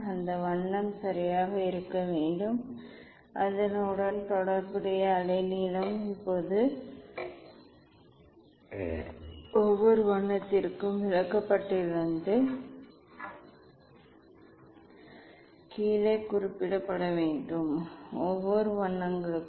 அந்த வண்ணம் சரியாக இருக்க வேண்டும் அதனுடன் தொடர்புடைய அலைநீளம் இப்போது ஒவ்வொரு வண்ணத்திற்கும் விளக்கப்படத்திலிருந்து கீழே குறிப்பிடப்பட வேண்டும் ஒவ்வொரு வண்ணங்களுக்கும்